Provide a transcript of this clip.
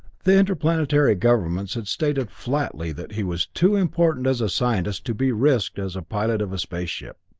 the interplanetary governments had stated flatly that he was too important as a scientist to be risked as a pilot of a space ship.